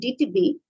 DTB